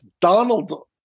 Donald